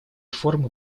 формы